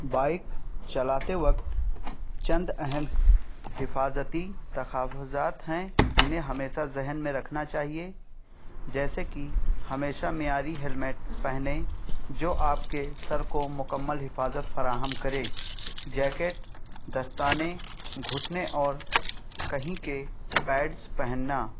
bike چلاتے وقت چند اہم حفاظتی تحفظات ہیں جنہیں ہمیشہ ذہن میں رکھنا چاہیے جیسے کہ ہمیشہ معیاری ہیلمٹ پہنیں جو آپ کے سر کو مکمل حفاظت فراہم کرے جیکٹ دستانے گھٹنے اور کہیں کے پیڈس پہننا